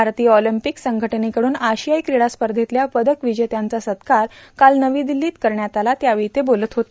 भारतीय ऑलिंपिक संघटनेकडून आशियाई क्रीडा स्पर्धेतल्या पदक विजेत्यांचा सत्कार काल नवी दिल्लीत करण्यात आला त्यावेळी ते बोलत होते